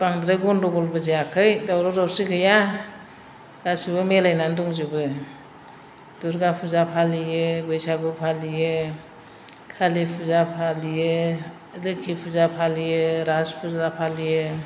बांद्राय गन्द'गलबो जायाखै दावराव दावसि गैया गासैबो मिलायनानै दंजोबो दुर्गा फुजा फालियो बैसागु फालियो खालि फुजा फालियो लोक्षि फुजा फालियो रास फुजा फालियो